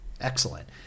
Excellent